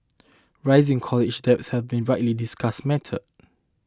rising college debt has been a widely discussed matter